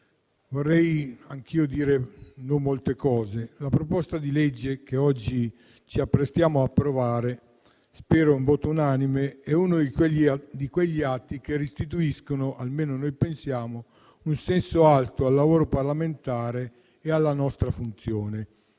il relatore e la relatrice. La proposta di legge che oggi ci apprestiamo ad approvare, spero con un voto unanime, è uno di quegli atti che restituiscono, almeno secondo noi, un senso alto al lavoro parlamentare e alla nostra funzione.